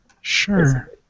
Sure